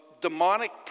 demonic